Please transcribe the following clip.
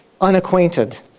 unacquainted